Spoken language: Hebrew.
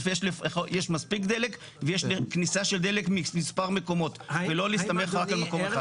שיש מספיק דלק ויש כניסה של דלק ממס' מקומות ולא להסתמך רק על מקום אחד.